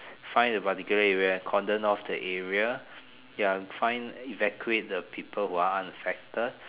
find a particular area and cordon off the area ya find evacuate the people who are unaffected